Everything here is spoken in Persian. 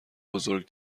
بزرگ